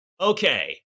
okay